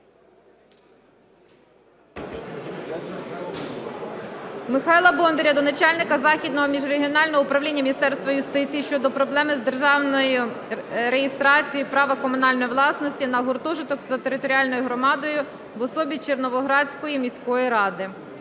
Михайла Бондаря до начальника Західного міжрегіонального управління Міністерства юстиції щодо проблеми з державною реєстрацію права комунальної власності на гуртожиток за територіальною громадою в особі Червоноградської міської ради.